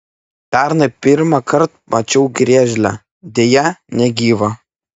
pernai pirmąkart mačiau griežlę deja negyvą